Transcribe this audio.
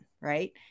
right